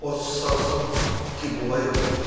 और सरसों की बुवाई होती है